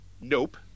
Nope